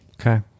okay